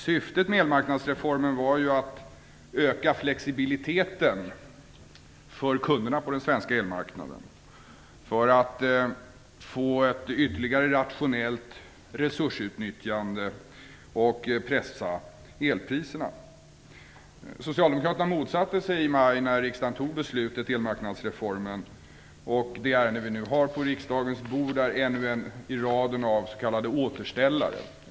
Syftet med elmarknadsreformen var att öka flexibiliteten för kunderna på den svenska elmarknaden för att få ett ytterligare rationellt resursutnyttjande och för att pressa elpriserna. Socialdemokraterna motsatte sig detta i maj när riksdagen fattade beslutet om elmarknadsreformen, och det ärende vi nu har på riksdagens bord är ännu en i raden av s.k. återställare.